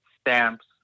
stamps